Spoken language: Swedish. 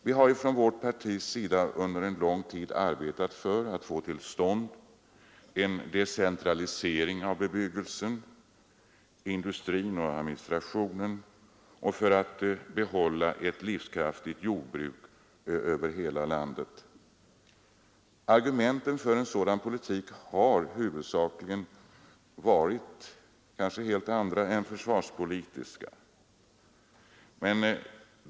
Vi har inom vårt parti under lång tid arbetat för att få till stånd en decentralisering av bebyggelse, industri och administration och för att behålla ett livskraftigt jordbruk över hela landet. Argumenten för en sådan politik har huvudsakligen varit helt andra än försvarspolitiska.